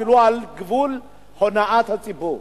זה אפילו על גבול הונאת הציבור.